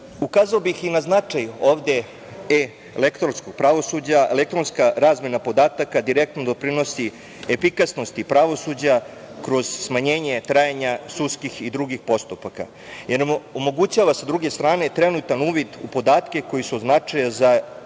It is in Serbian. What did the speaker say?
značaj elektronskog pravosuđa. Elektronska razmena podataka direktno doprinosi efikasnosti pravosuđa kroz smanjenje trajanja sudskih i drugih postupaka jer omogućava, sa druge strane, trenutan uvid u podatke koji su od značaja